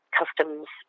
customs